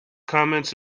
comments